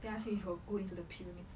then I ask him did he go into the pyramids